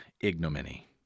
ignominy